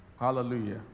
Hallelujah